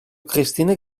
christine